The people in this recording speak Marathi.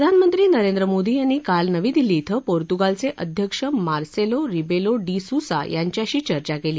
प्रधानमंत्री नरेंद्र मोदी यांनी काल नवी दिल्ली इथं पोर्तुगालचे अध्यक्ष मार्सेलो रिबेलो डी सुसा यांच्याशी चर्चा केली